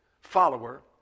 follower